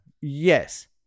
Yes